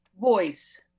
Voice